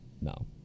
No